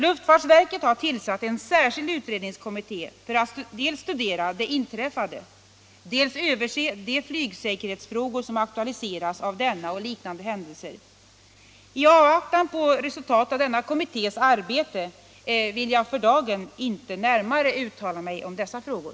Luftfartsverket har tillsatt en särskild utredningskommitté för att dels studera det inträffade, dels överse de flygsäkerhetsfrågor som aktualiseras av denna och liknande händelser. I avvaktan på resultatet av kommitténs arbete vill jag för dagen inte närmare uttala mig om dessa frågor.